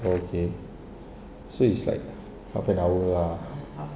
oh okay so it's like half an hour ah